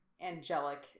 angelic